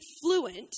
fluent